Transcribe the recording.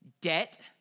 debt